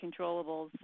controllables